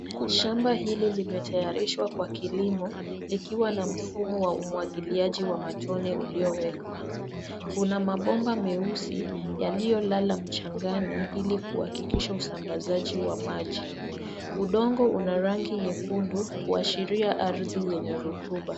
Shamba hili limetayarishwa kwa kilimo likiwa na mfumo wa umwagiliaji wa matone uliowekwa. Kuna mabomba meusi yaliolala mchangani ili kuhakikisha usambazaji wa maji. Udongo una rangi nyekundu kuashiria ardhi yenye rutuba.